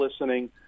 listening